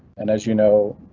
and as you know.